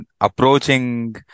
approaching